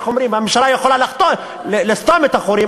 הממשלה יכולה לסתום את החורים,